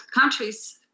countries